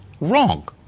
wrong